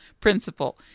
principle